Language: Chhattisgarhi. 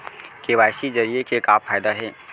के.वाई.सी जरिए के का फायदा हे?